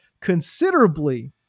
considerably